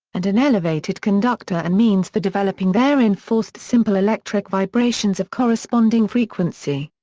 and an elevated conductor and means for developing therein forced simple electric vibrations of corresponding frequency.